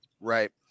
Right